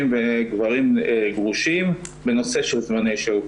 לגברים גרושים בנושא של זמני שהות.